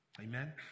Amen